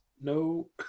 No